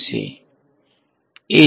વિદ્યાર્થી as as